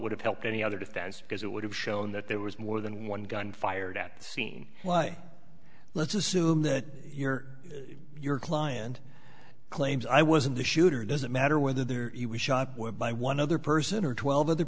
would have helped any other defense because it would have shown that there was more than one gun fired at scene let's assume that your your client claims i wasn't the shooter doesn't matter whether there were by one other person or twelve other